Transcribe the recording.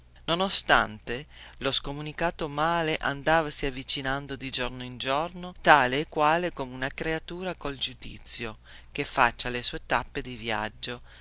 nonostante lo scomunicato male andavasi avvicinando di giorno in giorno tale e quale come una creatura col giudizio che faccia le sue tappe di viaggio